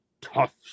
tough